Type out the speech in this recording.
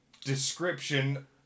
description